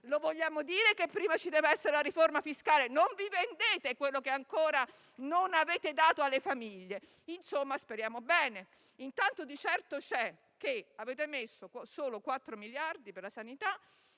Lo vogliamo dire che prima ci deve essere la riforma fiscale? Non vi vendete quello che ancora non avete dato alle famiglie. Insomma, speriamo bene. Intanto, di certo c'è che avete stanziato solo quattro miliardi per la sanità,